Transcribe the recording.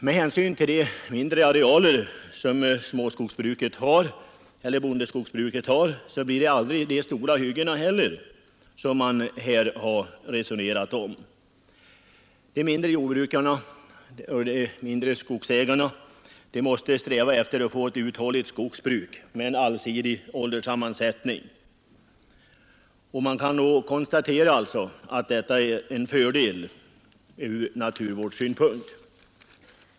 Med hänsyn till de mindre arealer som bondeskogsbruket har blir det heller aldrig så stora hyggen. De mindre skogsägarna måste sträva efter att få ett uthålligt skogsbruk med en allsidig ålderssammansättning av skogen. Det kan konstateras att detta är en fördel ur naturvårdssynpunkt.